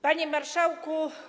Panie Marszałku!